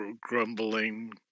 grumbling